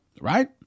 Right